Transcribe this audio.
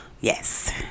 Yes